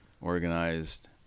organized